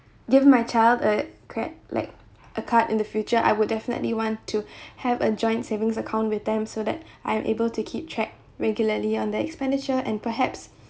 give my child a card like a card in the future I would definitely want to have a joint savings account with them so that I'm able to keep track regularly on the expenditure and perhaps